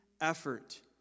Effort